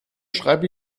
schreibe